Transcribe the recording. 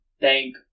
Thank